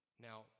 Now